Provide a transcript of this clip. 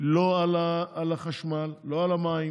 לא על החשמל, לא על המים,